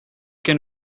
can